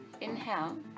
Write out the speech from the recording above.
Inhale